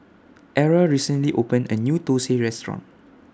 Era recently opened A New Thosai Restaurant